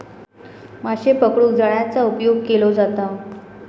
माशे पकडूक जाळ्याचा उपयोग केलो जाता